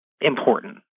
important